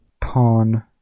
Pawn